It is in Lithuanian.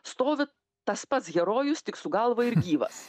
stovi tas pats herojus tik su galva ir gyvas